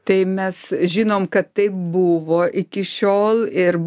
tai mes žinom kad taip buvo iki šiol ir